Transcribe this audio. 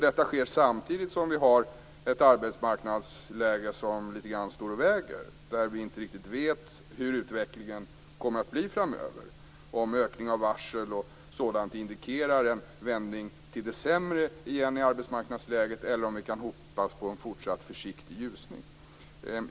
Detta sker samtidigt som vi har ett arbetsmarknadsläge som lite grann står och väger, där vi inte riktigt vet hur utvecklingen kommer att bli framöver och om ökningen av varsel och sådant indikerar en vändning till det sämre igen i arbetsmarknadsläget eller om vi kan hoppas på en fortsatt försiktig ljusning.